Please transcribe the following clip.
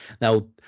Now